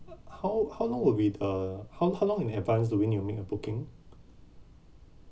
how how long will be the how how long in advance we we need to make a booking